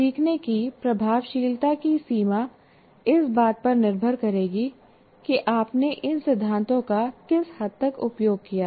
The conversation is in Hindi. सीखने की प्रभावशीलता की सीमा इस बात पर निर्भर करेगी कि आपने इन सिद्धांतों का किस हद तक उपयोग किया है